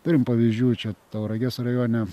turim pavyzdžių čia tauragės rajone